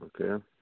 Okay